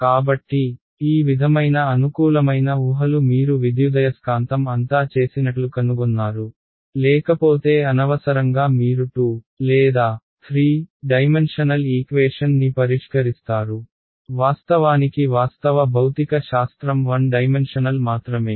కాబట్టి ఈ విధమైన అనుకూలమైన ఊహలు మీరు విద్యుదయస్కాంతం అంతా చేసినట్లు కనుగొన్నారు లేకపోతే అనవసరంగా మీరు 2 లేదా 3 డైమెన్షనల్ ఈక్వేషన్ ని పరిష్కరిస్తారు వాస్తవానికి వాస్తవ భౌతిక శాస్త్రం 1 డైమెన్షనల్ మాత్రమే